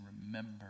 remember